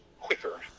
quicker